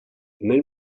nel